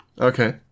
Okay